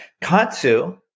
Katsu